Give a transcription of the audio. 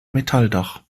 metalldach